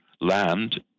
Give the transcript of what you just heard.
land